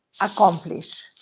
accomplish